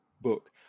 book